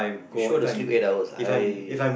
you sure to sleep eight hours I